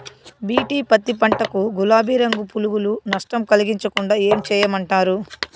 BT పత్తి పంట కు, గులాబీ రంగు పులుగులు నష్టం కలిగించకుండా ఏం చేయమంటారు?